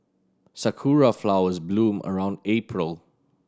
sakura flowers bloom around April